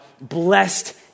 blessed